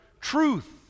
truth